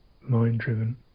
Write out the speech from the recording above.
mind-driven